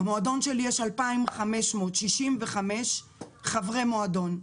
במועדון שלי יש 2,565 חברי מועדון.